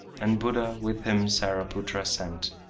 and buddha with him saraputra sent.